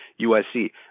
USC